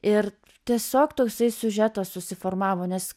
ir tiesiog toksai siužetas susiformavo nes